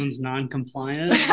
non-compliant